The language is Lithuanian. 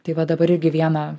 tai va dabar irgi vieną